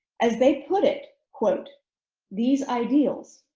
as they put it quote these ideals,